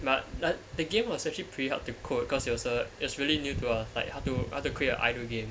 but the game was actually pretty hard to code cause it was a it was really new to us like how to how to create an idle game